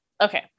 Okay